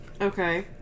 Okay